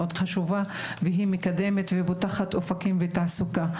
חשובה והיא מקדמת ופותחת אופקים ותעסוקה.